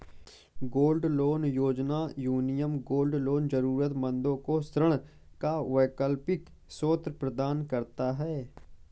gold loan योजना, Union gold loan जरूरतमंदों को ऋण का वैकल्पिक स्रोत प्रदान करता है